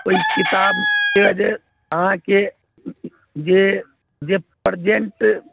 ओहि किताबके जे अहाँकेँ जे जे प्रजेन्ट